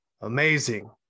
Amazing